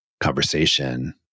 conversation